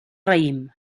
raïm